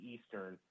Eastern